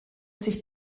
sich